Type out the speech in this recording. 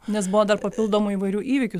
nes buvo dar papildomų įvairių įvykių